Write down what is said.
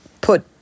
put